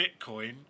Bitcoin